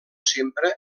sempre